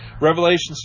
Revelations